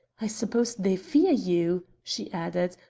i suppose they fear you, she added,